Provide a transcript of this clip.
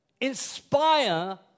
inspire